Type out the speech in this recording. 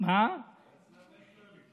שלא יעבירו את זה לערב יום כיפור.